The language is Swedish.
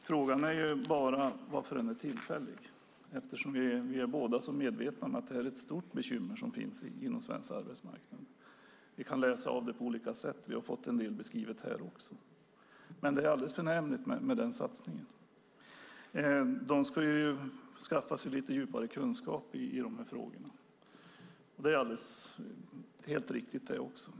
Frågan är bara varför den är tillfällig, eftersom vi båda är så medvetna om att det här är ett stort bekymmer som finns inom den svenska arbetsmarknaden. Vi kan läsa av det på olika sätt. Vi har också fått en del beskrivet här. Men det är alldeles förnämligt med den satsningen. Arbetsmiljöverket ska ju skaffa sig lite djupare kunskap i de här frågorna. Det är också helt riktigt.